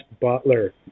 butler